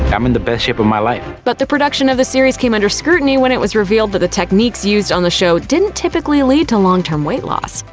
i'm in the best shape of my life. but the production of the series came under scrutiny when it was revealed that the techniques used on the show didn't typically lead to long-term weight loss.